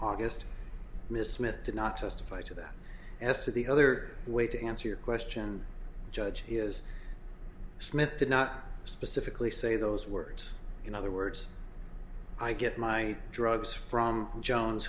august miss smith did not testify to that as to the other way to answer your question judge has smith did not specifically say those words in other words i get my drugs from jones